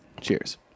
Cheers